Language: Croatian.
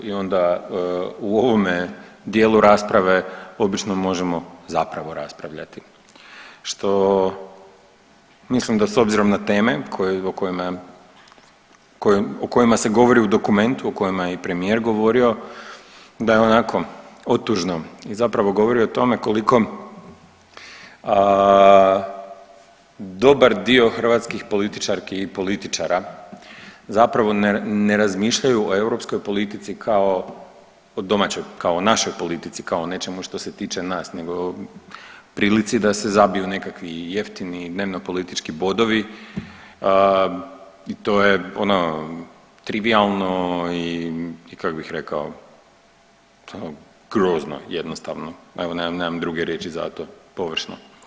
I onda u ovome dijelu rasprave obično možemo zapravo raspravljati, što mislim da s obzirom na tome o kojima se govori u dokumentu, o kojima je i premijer govorio da je onako otužno i zapravo govori o tome koliko dobar dio hrvatski političarki i političara zapravo ne razmišljaju o europskoj politici kao o domaćoj, kao o našoj politici kao o nečemu što se tiče nas nego prilici da se zabiju nekakvi jeftini i dnevnopolitički bodovi i to je ono trivijalno i, i kak bih rekao, to grozno jednostavno nemam, nemam, nemam druge riječi za to, površno.